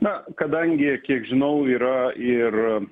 na kadangi kiek žinau yra ir